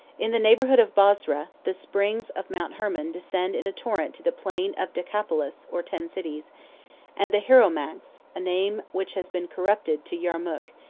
in the neighborhood of bosra, the springs of mount hermon descend in a torrent to the plain of decapolis, or ten cities and the hieromax, a name which has been corrupted to yermuk,